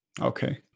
Okay